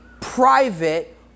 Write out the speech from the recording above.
private